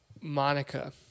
Monica